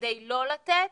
כדי לא לתת